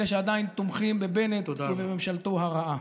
אלה שעדיין תומכים בבנט ובממשלתו הרעה.